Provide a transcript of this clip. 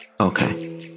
okay